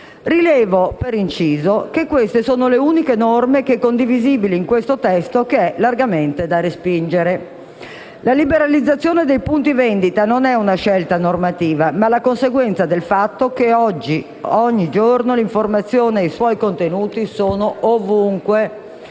titolo di inciso, che queste sono le uniche norme condivisibili in questo testo, che è largamente da respingere. La liberalizzazione dei punti vendita non è una scelta normativa, ma la conseguenza del fatto che oggigiorno l'informazione e i suoi contenuti sono ovunque